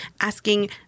asking